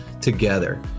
together